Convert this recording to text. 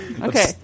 Okay